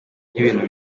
n’ibintu